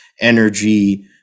energy